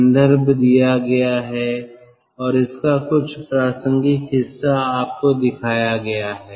संदर्भ दिया गया है और इसका कुछ प्रासंगिक हिस्सा आपको दिखाया गया है